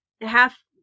half